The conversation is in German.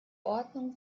ordnung